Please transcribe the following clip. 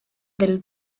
del